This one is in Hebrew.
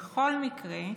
בכל מקרה,